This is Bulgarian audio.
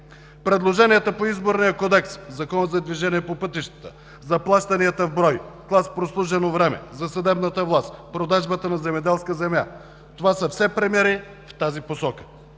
Предложенията по Изборния кодекс, Закона за движение по пътищата, заплащанията в брой, клас прослужено време, за съдебната власт, продажбата на земеделска земя. Това са все примери в тази посока.